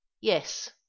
yes